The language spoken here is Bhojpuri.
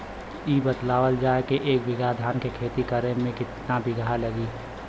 इ बतावल जाए के एक बिघा धान के खेती करेमे कितना बिया लागि?